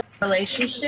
relationship